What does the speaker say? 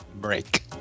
break